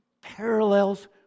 parallels